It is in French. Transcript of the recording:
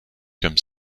comme